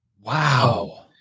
Wow